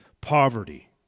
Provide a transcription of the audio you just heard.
poverty